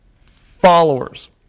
followers